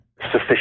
sufficient